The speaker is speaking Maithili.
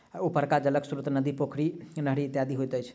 उपरका जलक स्रोत नदी, पोखरि, नहरि इत्यादि होइत अछि